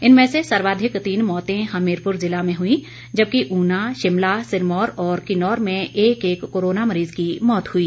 इनमें से सर्वाधिक तीन मौतें हमीरपुर जिला में हुई जबकि ऊना शिमला सिरमौर और किन्नौर में एक एक कोरोना मरीज की मौत हुई